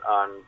on